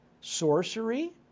sorcery